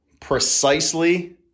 precisely